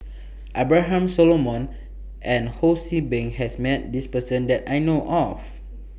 Abraham Solomon and Ho See Beng has Met This Person that I know of